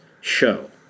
show